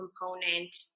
component